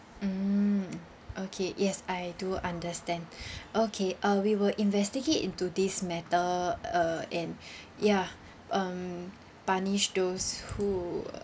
mm okay yes I do understand okay uh we will investigate into this matter uh and ya um punish to who